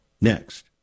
Next